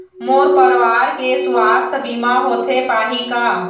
मोर परवार के सुवास्थ बीमा होथे पाही का?